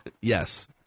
Yes